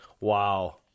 wow